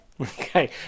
okay